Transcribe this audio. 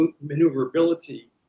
maneuverability